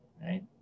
Right